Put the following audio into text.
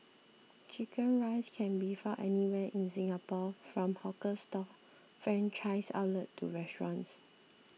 Chicken Rice can be found anywhere in Singapore from hawker stall franchised outlet to restaurants